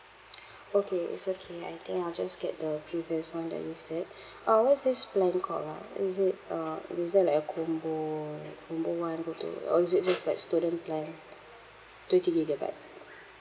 okay is okay I think I'll just get the previous one that you said uh what is this plan called ah is it uh is there like a combo like combo one or two or is it just like student plan twenty gigabyte